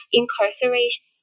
incarceration